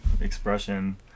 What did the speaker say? expression